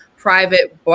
private